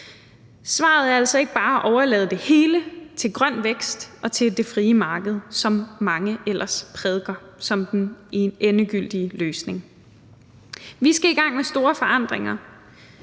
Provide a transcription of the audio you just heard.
Svaret er altså ikke bare at overlade det hele til grøn vækst og til det frie marked, som mange ellers prædiker som den endegyldige løsning. Vi skal i gang med store forandringer,